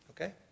Okay